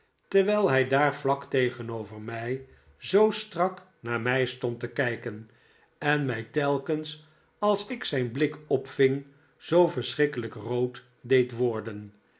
terwijl hij daar vlak tegenover mij zoo strak naar mij stond mijn eerste diner buitenshuis te kijken en mi telkens als ik zijn blik opving zoo verschrikkelijk rood deed worden